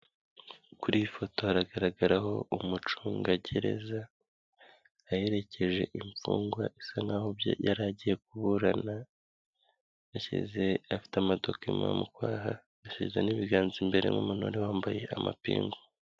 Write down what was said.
Kuri iyi foto hagaragaraho umucungagereza aherekeje imfungwa isa nk'aho yari agiye kuburana yashyize, afite amadokima mu kwaha, yasize n' ibiganza imbere nk'umuntu wari wambaye amapingu.